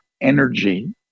energy